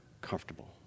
comfortable